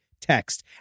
text